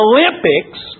Olympics